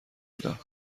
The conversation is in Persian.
بودم